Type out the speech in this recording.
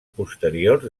posteriors